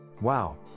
Wow